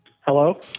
Hello